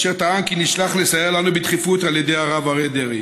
אשר טען כי נשלח לסייע לנו בדחיפות על ידי הרב אריה דרעי.